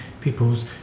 people's